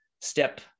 step